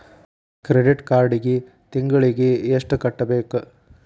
credit ಕಾರ್ಡಿಗಿ ತಿಂಗಳಿಗಿ ಎಷ್ಟ ಕಟ್ಟಬೇಕ